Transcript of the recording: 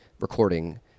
recording